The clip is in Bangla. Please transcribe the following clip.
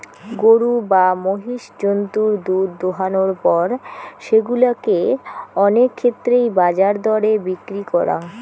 গরু বা মহিষ জন্তুর দুধ দোহানোর পর সেগুলা কে অনেক ক্ষেত্রেই বাজার দরে বিক্রি করাং